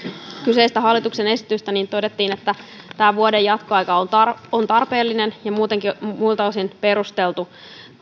kyseistä hallituksen esitystä todettiin että tämä vuoden jatkoaika on tarpeellinen ja muiltakin osin perusteltu